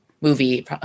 movie